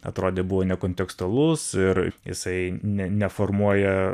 atrodė buvo nekontekstualus ir jisai ne neformuoja